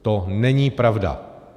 To není pravda.